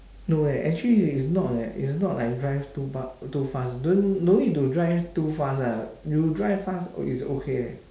no leh actually is not leh is not like drive too too fast don't no need to drive too fast lah you drive fast it's okay